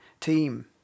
team